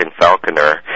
Falconer